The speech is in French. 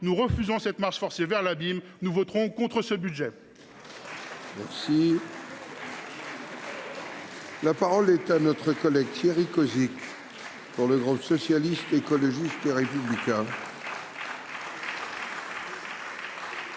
Nous refusons cette marche forcée vers l’abîme. Nous voterons contre ce budget ! La parole est à M. Thierry Cozic, pour le groupe Socialiste, Écologiste et Républicain.